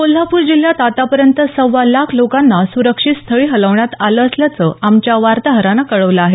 कोल्हापूर जिल्ह्यात आतापर्यंत सव्वा लाख लोकांना सुरक्षित स्थळी हलवण्यात आलं असल्याचं आमच्या वार्ताहरानं कळवलं आहे